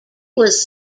was